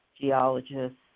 geologists